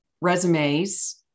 resumes